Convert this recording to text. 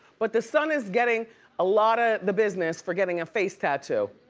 but the son is getting a lotta the business for getting a face tattoo.